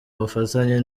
bufatanye